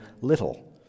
little